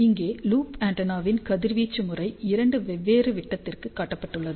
இங்கே லூப் ஆண்டெனாவின் கதிர்வீச்சு முறை இரண்டு வெவ்வேறு விட்டத்திற்கு காட்டப்பட்டுள்ளது